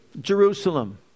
Jerusalem